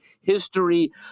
history